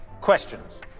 Questions